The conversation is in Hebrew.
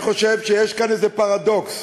ואני חושב שיש כאן איזה פרדוקס,